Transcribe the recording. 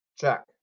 Check